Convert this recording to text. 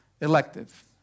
elective